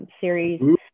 series